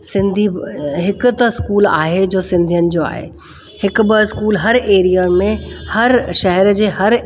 सिंधी हिकु त स्कूल आहे जो सिंधियुनि जो आहे हिकु ॿ स्कूल हर एरिया में हर शहर जे हर